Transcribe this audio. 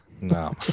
No